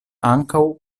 ankaŭ